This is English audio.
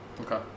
Okay